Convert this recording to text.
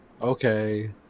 Okay